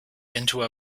into